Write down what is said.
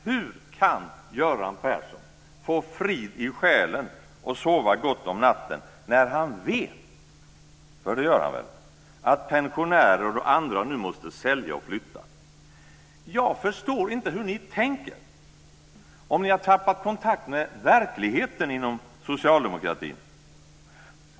Hur kan Göran Persson få frid i själen och sova gott om natten när han vet - för det gör han väl - att pensionärer och andra nu måste sälja och flytta? Jag förstår inte hur ni tänker, om ni inom socialdemokratin har tappat kontakten med verkligheten.